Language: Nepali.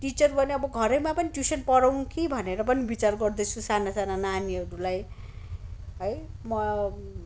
टिचर अब घरैमा पनि ट्युसन पढाउ कि भनेर पनि बिचार गर्दैछु साना साना नानीहरूलाई है म